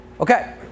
Okay